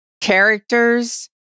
Characters